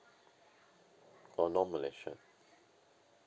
or non malaysia